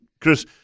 Chris